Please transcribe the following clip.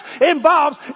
involves